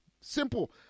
simple